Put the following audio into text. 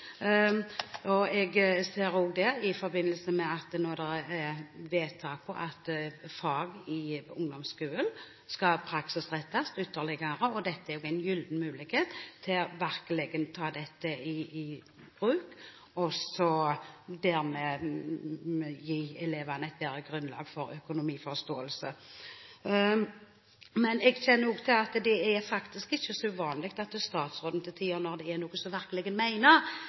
Jeg ser òg i forbindelse med vedtaket om at fag i ungdomsskolen skal praksisrettes ytterligere, at dette er en gyllen mulighet for virkelig å ta dette i bruk og dermed gi elevene et bedre grunnlag for økonomiforståelse. Men jeg kjenner også til at det faktisk ikke er så uvanlig at statsråden til tider, når det er noe